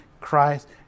Christ